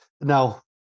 Now